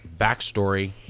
backstory